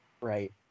Right